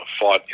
fought